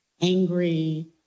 angry